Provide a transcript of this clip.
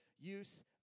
use